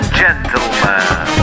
gentlemen